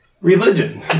Religion